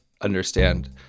understand